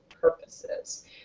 purposes